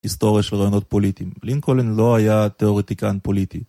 היסטוריה של רעיונות פוליטיים, לינקולן לא היה תיאורטיקן פוליטי.